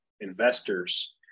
investors